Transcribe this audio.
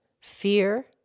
Fear